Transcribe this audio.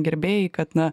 gerbėjai kad na